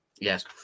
Yes